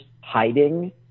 hiding